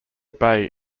bay